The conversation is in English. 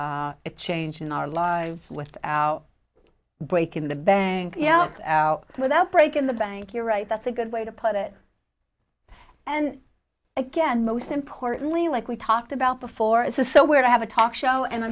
a change in our lives with breaking the bank else out without breaking the bank you're right that's a good way to put it and again most importantly like we talked about before as a so we're to have a talk